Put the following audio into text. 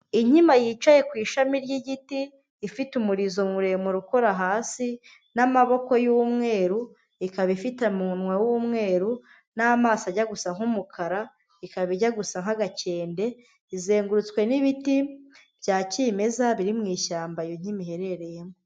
Inkima yicaye ku ishami ry'igiti, ifite umurizo muremure ukora hasi n'amaboko y'umweru, ikaba ifite mu munwa w'umweru n'amaso ajya gusa nk'umukara, ikaba ijya gusa nk'agakende, izengurutswe n'ibiti bya kimeza biri mu ishyamba iyo nkima iherereyemo.